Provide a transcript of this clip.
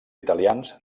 italians